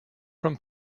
from